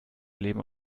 leben